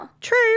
True